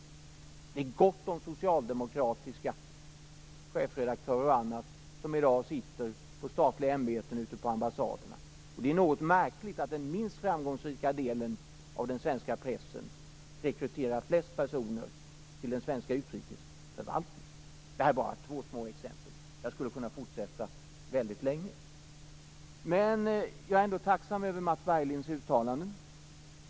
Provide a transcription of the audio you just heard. Däremot finns det gott om socialdemokratiska chefredaktörer exempelvis som i dag sitter på statliga ämbeten ute på ambassaderna. Det är något märkligt att det är från den minst framgångsrika delen av den svenska pressen som flest personer rekryteras till den svenska utrikesförvaltningen. Jag har här bara nämnt två små exempel. Jag skulle kunna fortsätta väldigt länge med min uppräkning. Jag är ändå tacksam för Mats Berglinds uttalanden.